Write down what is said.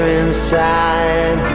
inside